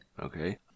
Okay